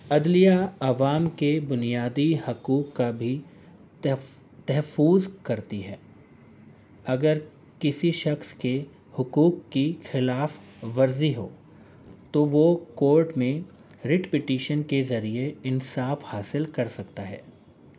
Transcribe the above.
عدلیہ عوام کے بنیادی حقوق کا بھی تحفوظ کرتی ہے اگر کسی شخص کے حقوق کی خلاف ورزی ہو تو وہ کورٹ میں رٹ پٹیشن کے ذریعے انصاف حاصل کر سکتا ہے